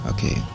Okay